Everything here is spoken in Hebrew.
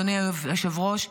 אדוני היושב-ראש,